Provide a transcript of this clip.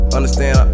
Understand